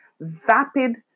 vapid